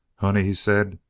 honey, he said,